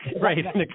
Right